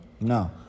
No